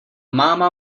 máma